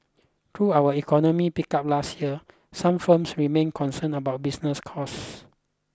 though our economy picked up last year some firms remain concerned about business costs